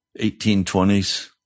1820s